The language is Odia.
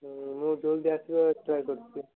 ହଉ ମୁଁ ଜଲ୍ଦି ଆସିବା ଟ୍ରାଏ କରୁଛି